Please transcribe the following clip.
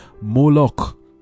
Moloch